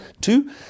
two